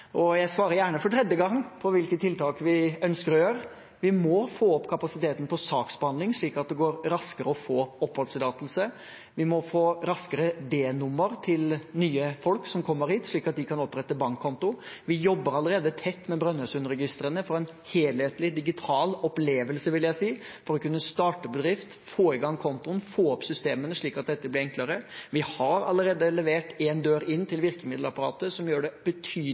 Jeg svarer gjerne for tredje gang på hvilke tiltak vi ønsker å gjøre. Vi må få opp kapasiteten på saksbehandling, slik at det går raskere å få oppholdstillatelse. Vi må få raskere D-nummer til nye folk som kommer hit, slik at de kan opprette bankkonto. Vi jobber allerede tett med Brønnøysundregistrene for en helhetlig, digital opplevelse, vil jeg si, for å kunne starte bedrift, få i gang kontoen, få opp systemene, slik at dette blir enklere. Vi har allerede levert en dør inn til virkemiddelapparatet, som gjør det betydelig